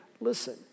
Listen